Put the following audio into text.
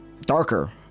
darker